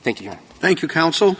thank you thank you counsel